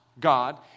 God